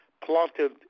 plotted